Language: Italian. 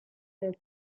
del